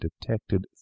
detected